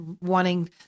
wanting